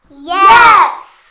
Yes